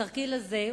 התרגיל הזה,